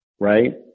Right